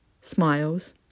Smiles